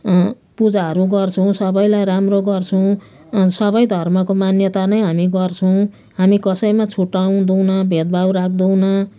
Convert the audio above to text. पूजाहरू गर्छौँ सबैलाई राम्रो गर्छौँ सबै धर्मको मान्यता नै हामी गर्छौँ हामी कसैमा छुटाउँदैनौँ भेदभाव राख्दैनौँ